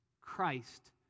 Christ